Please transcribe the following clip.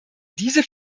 diese